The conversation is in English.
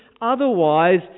otherwise